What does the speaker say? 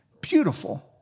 beautiful